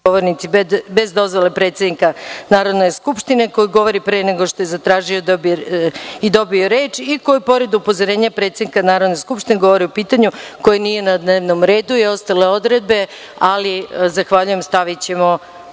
govornici bez dozvole predsednika Narodne skupštine, koji govori pre nego što je zatražio i dobio reč i koji pored upozorenja predsednika Narodne skupštine govori o pitanju koje nije na dnevnom redu i ostale odredbe. Stavićemo